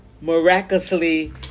miraculously